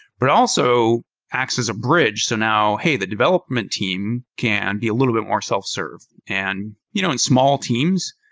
but also acts as a bridge. so now, hey, the development team can be a little bit more self-served. and you know in small teams,